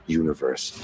universe